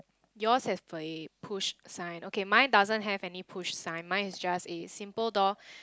yours have a push sign okay mine doesn't have any push sign mine is just a simple door